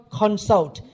consult